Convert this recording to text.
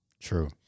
True